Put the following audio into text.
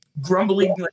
grumbling